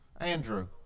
Andrew